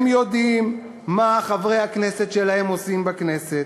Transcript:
הם יודעים מה חברי הכנסת שלהם עושים בכנסת.